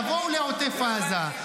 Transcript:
תבואו לעוטף עזה,